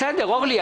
בסדר אורלי.